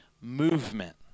movement